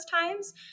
times